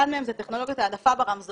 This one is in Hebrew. אחת מהן זו טכנולוגיית העדפה ברמזורים.